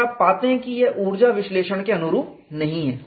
और आप पाते हैं कि यह ऊर्जा विश्लेषण के अनुरूप नहीं है